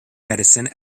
medicine